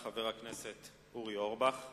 אדוני היושב-ראש,